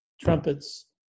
trumpets